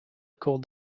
called